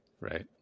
Right